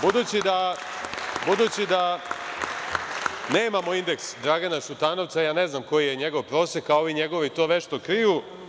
Budući da nemamo indeks Dragana Šutanovca, ja ne znam koji je njegov prosek, a ovi njegovi to vešto kriju.